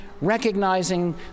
recognizing